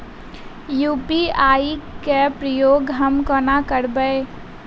UPI केँ प्रयोग हम कोना करबे?